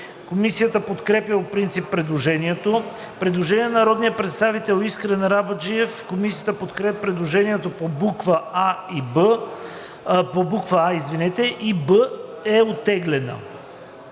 Комисията подкрепя по принцип предложението. Предложение на народния представител Искрен Арабаджиев. Комисията подкрепя предложението по буква „а“ и буква „б“ е оттеглена.